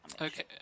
Okay